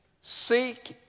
Seek